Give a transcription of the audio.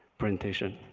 presentation,